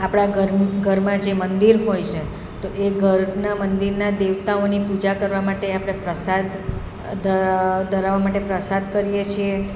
આપણા ઘર ઘરમાં જે મંદિર હોય છે તો એ ઘરના મંદિરના દેવતાઓની પૂજા કરવા માટે આપણે પ્રસાદ ધરાવા માટે પ્રસાદ કરીએ છીએ